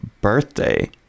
birthday